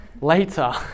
later